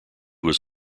was